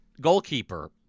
Goalkeeper